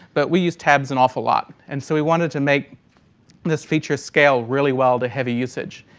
but we use tabs an awful lot. and so we wanted to make this feature scale really well to heavy usage.